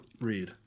read